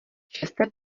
šesté